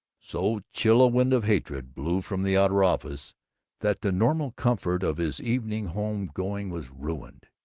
so chill a wind of hatred blew from the outer office that the normal comfort of his evening home-going was ruined.